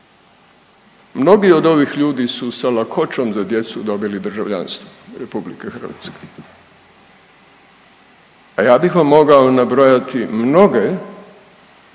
Mnogi od ovih ljudi su sa lakoćom za djecu dobili državljanstvo RH, a ja bih vam mogao nabrojati mnoge